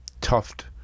tuft